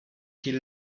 qu’il